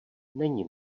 není